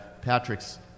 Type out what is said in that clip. Patrick's